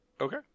Okay